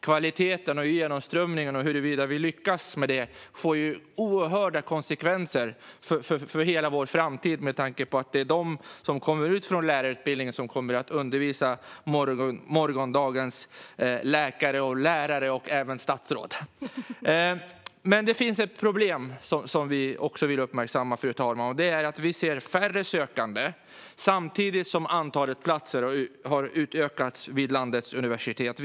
Kvaliteteten och genomströmningen och huruvida vi lyckas med detta får oerhörda konsekvenser för hela vår framtid med tanke på att det är de som kommer ut från lärarutbildningen som kommer att undervisa morgondagens läkare, lärare och även statsråd. Fru talman! Men det finns också ett problem som vi vill uppmärksamma. Det handlar om att vi ser färre sökande samtidigt som antalet platser har utökats vid landets universitet.